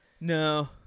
No